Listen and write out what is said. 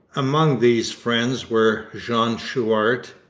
among these friends were jean chouart,